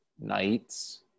knights